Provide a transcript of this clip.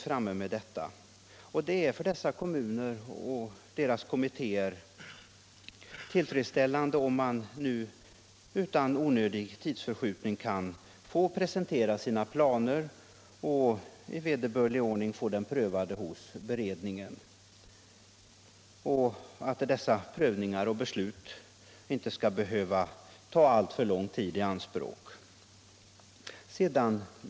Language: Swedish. För dessa kommuner och deras kommittéer är det tillfredsställande om de nu utan onödigt dröjsmål kan presentera sina planer och i vederbörlig ordning få dem prövade hos beredningen — och om prövning och beslut inte behöver ta alltför lång tid i anspråk.